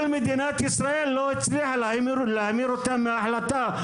כל מדינת ישראל לא הצליחה להזיז אותם מההחלטה,